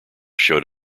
showed